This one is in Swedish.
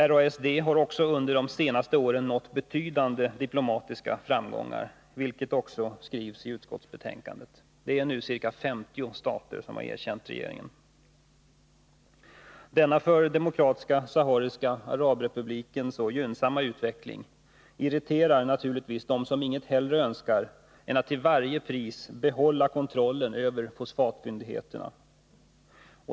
RASD har också under de senaste åren nått betydande diplomatiska framgångar, som det även står i utskottsbetänkandet. Ca 50 stater har erkänt regeringen. Denna för Demokratiska sahariska arabrepubliken så gynnsamma utveckling irriterar naturligtvis dem som inget hellre önskar än att till varje pris behålla kontrollen över fosfatfyndigheterna.